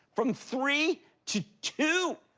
from three to two.